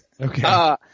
Okay